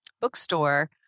bookstore